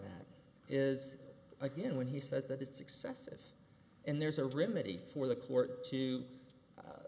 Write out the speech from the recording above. that is again when he says that it's excessive and there's a remedy for the court to